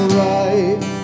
right